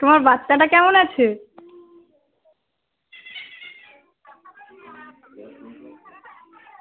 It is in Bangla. তোমার বাচ্চাটা কেমন আছে